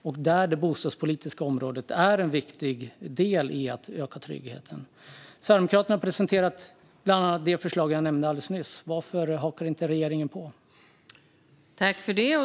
Där är det bostadspolitiska området en viktig del. Sverigedemokraterna har presenterat bland annat det förslag jag nämnde alldeles nyss. Varför hakar regeringen inte på?